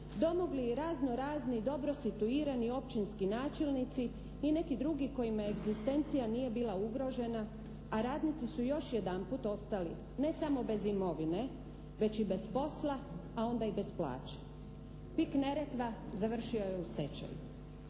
domogli i razno-raznih dobro situirani općinski načelnici i neki drugi kojima egzistencija nije bila ugrožena, a radnici su još jedanput ostali ne samo bez imovine, već i bez posla a onda i bez plaće. PIK "Neretva" završio je u stečaju.